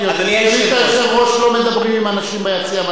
לא מדברים עם אנשים ביציע,